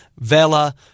Vela